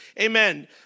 amen